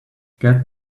get